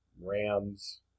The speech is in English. Rams